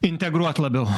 integruot labiau